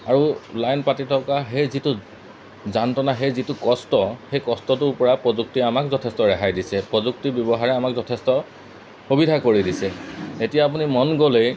আৰু লাইন পাতি থকা সেই যিটো যন্ত্ৰণা সেই যিটো কষ্ট সেই কষ্টটোৰপৰা প্ৰযুক্তিয়ে আমাক যথেষ্ট ৰেহাই দিছে প্ৰযুক্তিৰ ব্যৱহাৰে আমাক যথেষ্ট সুবিধা কৰি দিছে এতিয়া আপুনি মন গ'লেই